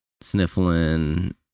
sniffling